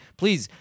please